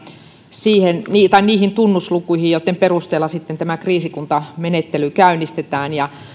niihin tunnuslukuihin joitten perusteella sitten tämä kriisikuntamenettely käynnistetään